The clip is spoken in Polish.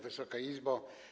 Wysoka Izbo!